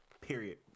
period